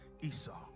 Esau